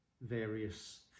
various